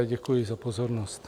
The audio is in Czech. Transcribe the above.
Děkuji za pozornost.